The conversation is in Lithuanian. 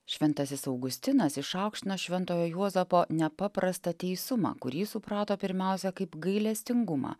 šventasis augustinas išaukštino šventojo juozapo nepaprastą teisumą kurį suprato pirmiausia kaip gailestingumą